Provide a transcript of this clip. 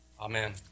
Amen